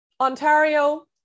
Ontario